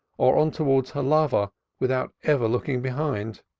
on towards her lover without ever looking behind.